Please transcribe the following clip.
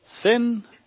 Sin